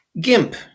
GIMP